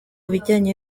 bijyanye